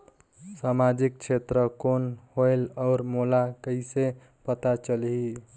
समाजिक क्षेत्र कौन होएल? और मोला कइसे पता चलही?